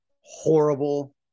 horrible